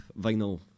vinyl